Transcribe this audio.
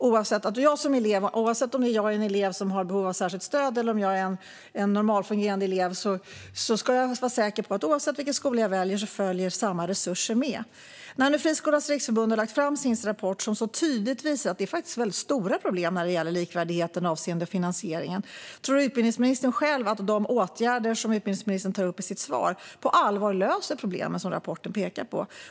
Oavsett om man är en elev som är i behov av särskilt stöd eller om man är en normalfungerande elev ska man vara säker på att oavsett vilken skola man väljer följer samma resurser med. När nu Friskolornas riksförbund har lagt fram sin rapport som tydligt visar att det finns stora problem när det gäller likvärdigheten avseende finansieringen - tror då utbildningsministern själv att de åtgärder som hon tar upp i sitt svar på allvar löser de problem som rapporten pekar på?